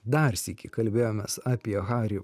dar sykį kalbėjomės apie harį